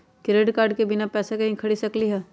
Credit card से बिना पैसे के ही खरीद सकली ह?